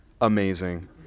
amazing